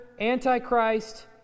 antichrist